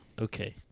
Okay